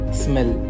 smell